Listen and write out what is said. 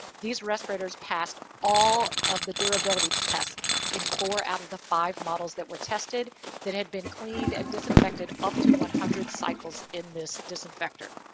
these respirators passed all of the durability tests in four out of the five models that were tested that had been cleaned and disinfected up to one hundred cycles in this disinfector.